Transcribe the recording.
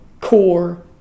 core